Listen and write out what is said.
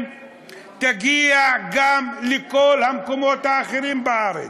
תגיע גם לכל המקומות האחרים בארץ.